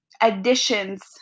additions